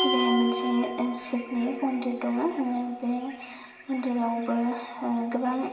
बे मोनसे शिबनि मन्दिर दङ बे मन्दिरावबो गोबां